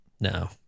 No